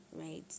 right